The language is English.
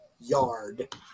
yard